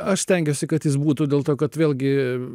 aš stengiuosi kad jis būtų dėl to kad vėlgi